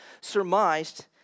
surmised